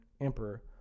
emperor